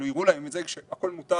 שהכול מותר